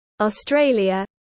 Australia